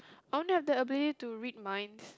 I want to have the ability to read minds